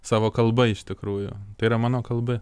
savo kalba iš tikrųjų tai yra mano kalbi